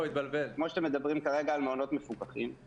כמו שאתם מדברים כרגע על מעונות מפוקחים,